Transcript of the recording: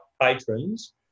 patrons